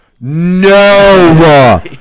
no